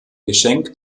geschenk